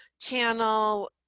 channel